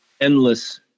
endless